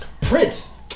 Prince